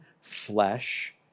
flesh